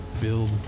Build